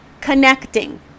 connecting